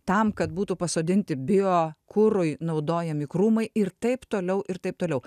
tam kad būtų pasodinti bio kurui naudojami krūmai ir taip toliau ir taip toliau